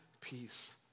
peace